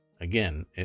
again